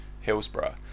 hillsborough